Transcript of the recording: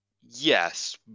Yes